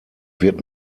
wird